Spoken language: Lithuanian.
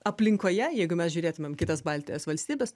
aplinkoje jeigu mes žiūrėtumėm kitas baltijos valstybes